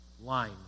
line